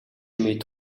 мэт